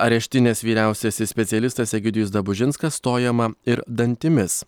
areštinės vyriausiasis specialistas egidijus dabužinskas stojama ir dantimis